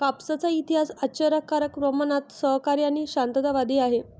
कापसाचा इतिहास आश्चर्यकारक प्रमाणात सहकारी आणि शांततावादी आहे